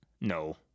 No